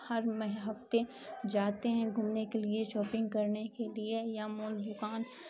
ہر میں ہفتے جاتے ہیں گھومنے کے لیے شاپنگ کرنے کے لیے یا مول دکان